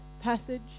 passage